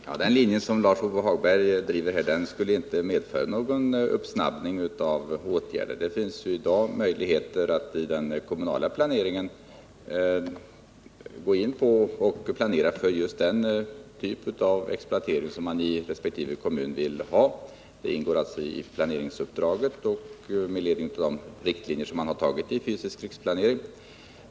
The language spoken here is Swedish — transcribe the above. Herr talman! Den linje som Lars-Ove Hagberg driver här skulle inte medföra något påskyndande av åtgärder. Det finns i dag möjligheter att i den kommunala planeringen gå in och planera för just den typ av exploatering som man i resp. kommun vill ha. Det ingår alltså i planeringsuppdraget och med ledning av de riktlinjer man har tagit i Fysisk riksplanering.